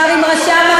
לכולם.